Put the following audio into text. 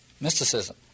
mysticism